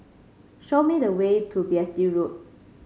show me the way to Beatty Road